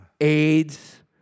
AIDS